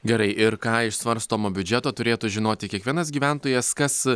gerai ir ką iš svarstomo biudžeto turėtų žinoti kiekvienas gyventojas kas